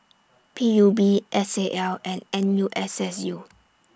P U B S A L and N U S S U